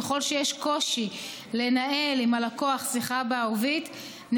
ככל שיש קושי לנהל עם הלקוח שיחה בעברית,